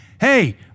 Hey